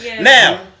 Now